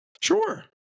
Sure